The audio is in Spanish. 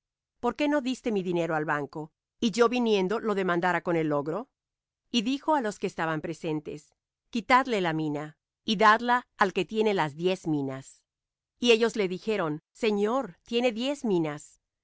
por qué no diste mi dinero al banco y yo viniendo lo demandara con el logro y dijo á los que estaban presentes quitadle la mina y dadla al que tiene las diez minas y ellos le dijeron señor tiene diez minas